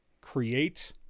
create